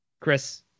Chris